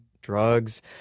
drugs